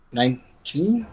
nineteen